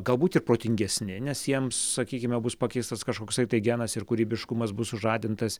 galbūt ir protingesni nes jiems sakykime bus pakeistas kažkoksai tai genas ir kūrybiškumas bus sužadintas